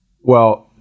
Well-